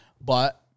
But-